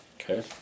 Okay